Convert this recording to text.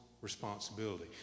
responsibility